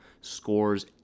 scores